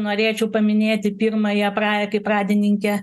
norėčiau paminėti pirmąją pra kaip pradininkę